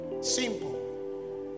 Simple